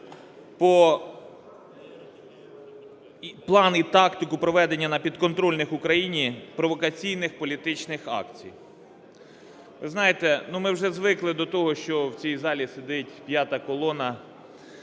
по… план і тактику проведення на підконтрольних Україні провокаційних політичних акцій. Ви знаєте, ми вже звикли до того, що в цій залі сидить "п'ята колона",